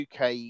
UK